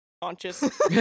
conscious